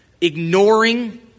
ignoring